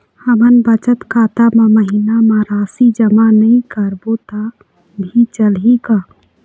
हमन बचत खाता मा महीना मा राशि जमा नई करबो तब भी चलही का?